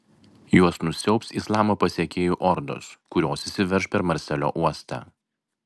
juos nusiaubs islamo pasekėjų ordos kurios įsiverš per marselio uostą